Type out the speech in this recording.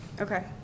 okay